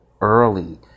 early